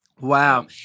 Wow